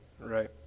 Right